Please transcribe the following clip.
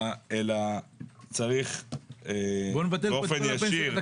אלא צריך באופן ישיר --- בוא נבטל פה את כל הפנסיות התקציביות.